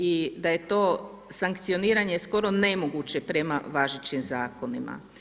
I da je to sankcioniranje skoro nemoguće prema važećeg zakona.